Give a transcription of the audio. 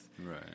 Right